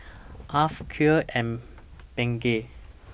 Alf Clear and Bengay